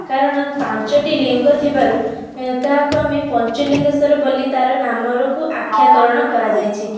କାରଣ ପାଞ୍ଚଟି ଲିଙ୍ଗ ଥିବାରୁ ତାହାକୁ ଆମେ ପଞ୍ଚଲିଙ୍ଗେଶ୍ୱର ବୋଲି ତା'ର ନାମରୁ ଆଖ୍ୟାକରଣ କରାଯାଇଛି